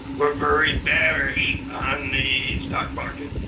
were very bearish on the stock market.